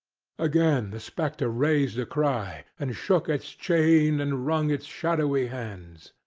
again the spectre raised a cry, and shook its chain and wrung its shadowy hands.